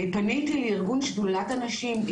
פניתי לארגון שדולת הנשים,